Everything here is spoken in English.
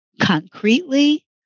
concretely